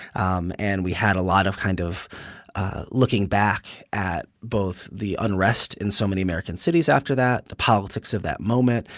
um and we had a lot of kind of looking back at both the unrest in so many american cities after that, the politics of that moment,